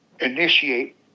initiate